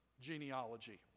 genealogy